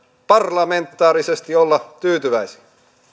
parlamentaarisesti olla tyytyväisiä